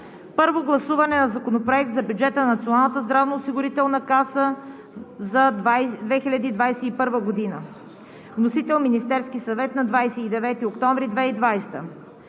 Първо гласуване на Законопроекта за бюджета на Националната здравноосигурителна каса за 2021 г. Вносител – Министерският съвет на 29 октомври 2020